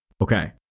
Okay